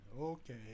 Okay